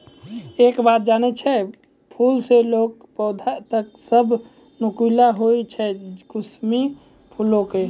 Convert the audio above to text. एक बात जानै छौ, फूल स लैकॅ पौधा तक सब नुकीला हीं होय छै कुसमी फूलो के